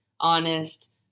honest